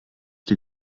die